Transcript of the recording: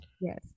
Yes